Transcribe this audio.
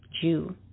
Jew